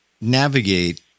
navigate